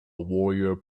warrior